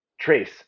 trace